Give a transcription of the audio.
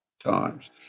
times